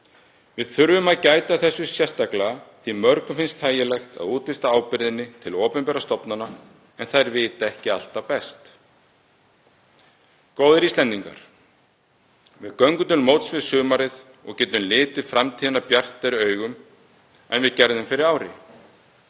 Við þurfum að gæta að þessu sérstaklega því að mörgum finnst þægilegt að útvista ábyrgðinni til opinberra stofnana en þær vita ekki alltaf best. Góðir Íslendingar. Við göngum til móts við sumarið og getum litið framtíðina bjartari augum en við gerðum fyrir ári.